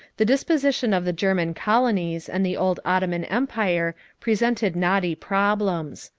the disposition of the german colonies and the old ottoman empire presented knotty problems.